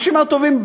אנשים טובים,